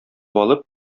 алып